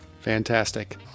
Fantastic